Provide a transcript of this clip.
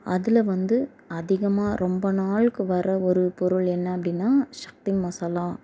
அதில் வந்து அதிகமாக ரொம்ப நாள்க்கு வர ஒரு பொருள் என்ன அப்படினா சக்தி மசாலா